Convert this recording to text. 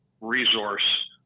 resource